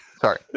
Sorry